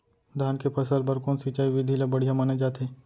धान के फसल बर कोन सिंचाई विधि ला बढ़िया माने जाथे?